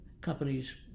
companies